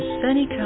sunny